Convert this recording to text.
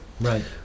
right